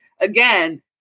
Again